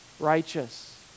righteous